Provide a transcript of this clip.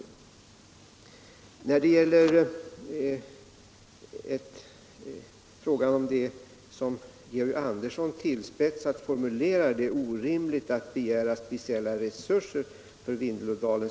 Georg Andersson formulerade sig litet tillspetsat: Det är orimligt att begära speciella resurser för Vindelådalen.